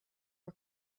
her